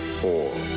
four